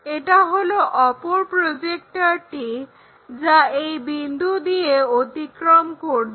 এটি হলো অপর প্রজেক্টরটি যা এই বিন্দু দিয়ে অতিক্রম করবে